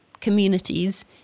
communities